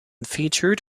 featured